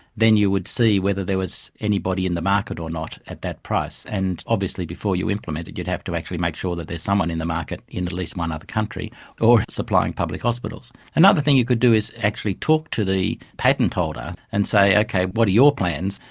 then you would see whether there was anybody in the market or not at that price, and obviously before you implement it you'd have to actually make sure that there's someone in the market in at least one other country or it's supplying public hospitals. another thing you could do is actually talk to the patent holder and say, okay, what are your plans?